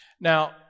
Now